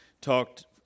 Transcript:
talked